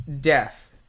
Death